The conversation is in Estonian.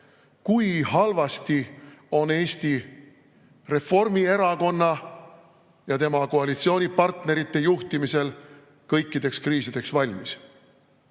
kui halvasti on Eesti Reformierakonna ja tema koalitsioonipartnerite juhtimisel olnud kõikideks kriisideks valmis.